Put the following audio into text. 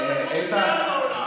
איתן,